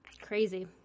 crazy